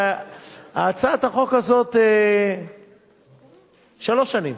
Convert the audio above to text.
הצעת החוק הזאת, שלוש שנים,